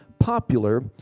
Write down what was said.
popular